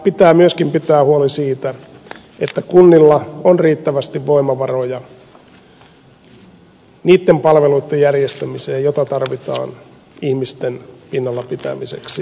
pitää myöskin pitää huoli siitä että kunnilla on riittävästi voimavaroja niitten palveluitten järjestämiseen joita tarvitaan ihmisten pinnalla pitämiseksi